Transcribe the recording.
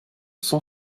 san